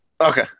Okay